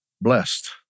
blessed